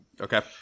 Okay